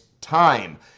time